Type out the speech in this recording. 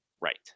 Right